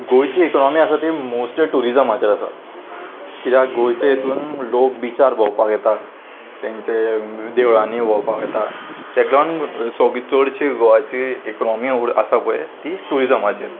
गोंयची इकोनॉमी आसा ती मोस्टली ट्युरिजमाचेर आसा किद्याक गोंयच्या हितून लोक बिचार भोंवपाक येता तेंचे देवळांनी भोंवपाक येता ताका सोबीत चडशी गोवाची इकॉनॉमी आसा पळय ती ट्युरिजम चेर